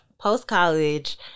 post-college